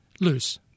Loose